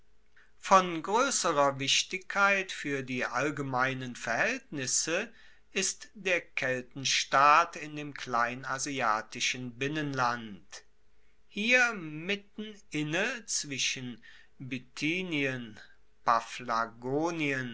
von groesserer wichtigkeit fuer die allgemeinen verhaeltnisse ist der keltenstaat in dem kleinasiatischen binnenland hier mitten inne zwischen bithynien